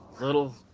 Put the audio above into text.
little